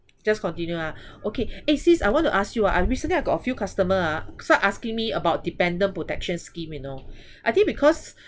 just continue lah okay eh sis I want to ask you ah I recently I got a few customer ah also asking me about dependent protection scheme you know I think because